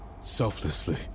selflessly